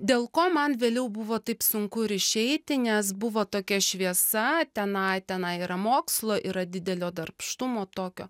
dėl ko man vėliau buvo taip sunku ir išeiti nes buvo tokia šviesa tenai tenai yra mokslo yra didelio darbštumo tokio